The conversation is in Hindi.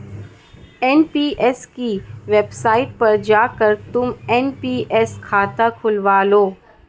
एन.पी.एस की वेबसाईट पर जाकर तुम एन.पी.एस खाता खुलवा लो